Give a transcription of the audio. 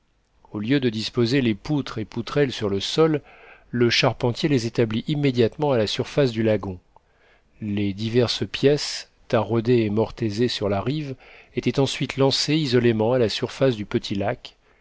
au lieu de disposer les poutres et poutrelles sur le sol le charpentier les établit immédiatement à la surface du lagon les diverses pièces taraudées et mortaisées sur la rive étaient ensuite lancées isolément à la surface du petit lac